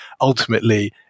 ultimately